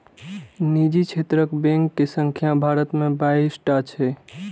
निजी क्षेत्रक बैंक के संख्या भारत मे बाइस टा छै